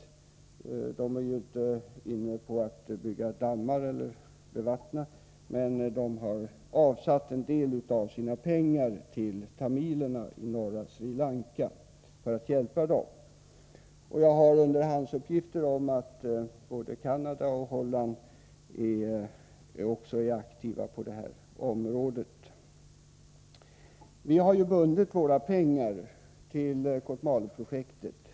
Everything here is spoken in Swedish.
Norge har ju inte för avsikt att bygga dammar eller bevattna, men Norge har avsatt en del av sina pengar till tamilerna i norra Sri Lanka för att hjälpa människorna där. Jag har underhandsuppgifter om att både Canada och Holland också är aktiva på det här området. Vi har ju bundit våra pengar till Kotmale-projektet.